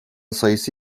sayısı